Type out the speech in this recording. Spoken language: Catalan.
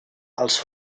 els